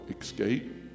escape